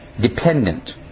dependent